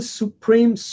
supreme